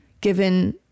given